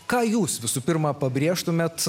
ką jūs visų pirma pabrėžtumėt